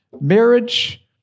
marriage